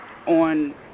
On